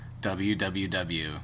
www